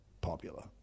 popular